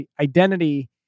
identity